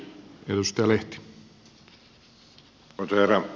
arvoisa herra puhemies